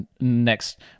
next